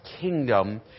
kingdom